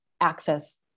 access